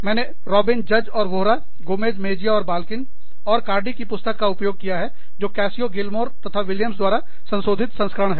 मैंने रॉबिंस जज और वोहरा गोमेज़ मेजिया और बाल्किन और कार्डि की पुस्तक का उपयोग किया है कास्कीओ गिल्मोर तथा विलियम्स द्वारा संशोधित संस्करण है